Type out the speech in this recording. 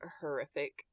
horrific